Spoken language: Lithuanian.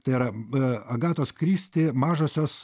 tai yra agatos kristi mažosios